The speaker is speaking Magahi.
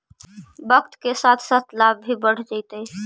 वक्त के साथ साथ लाभ भी बढ़ जतइ